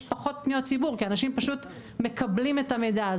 יש פחות פניות ציבור כי אנשים פשוט מקבלים את המידע.